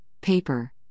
paper